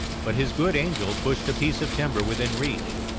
but his good angel pushed a piece of timber within reach,